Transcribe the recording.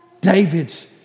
David's